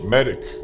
Medic